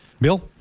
Bill